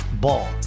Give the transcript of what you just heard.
Ball